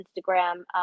Instagram